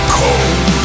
cold